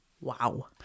Wow